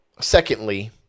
Secondly